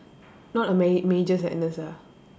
not a ma~ major sadness ah